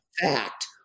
fact